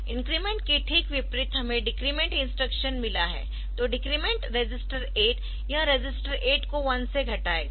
increment के ठीक विपरीत हमें डिक्रिमेंट इंस्ट्रक्शन मिला है तो डिक्रिमेंट रजिस्टर 8 यह रजिस्टर 8 को 1 से घटाएगा